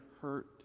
hurt